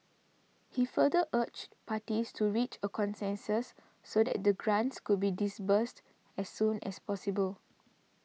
he further urged parties to reach a consensus so that the grants could be disbursed as soon as possible